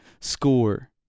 Score